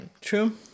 True